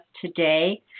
today